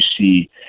see